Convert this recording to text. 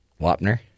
Wapner